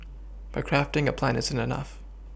but crafting a plan isn't enough